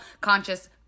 conscious